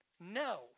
No